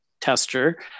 tester